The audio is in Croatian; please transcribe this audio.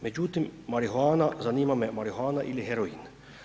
Međutim, marihuana, zanima me marihuana ili heroin.